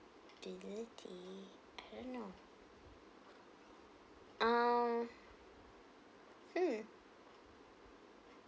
ability I don't know um hmm